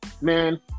Man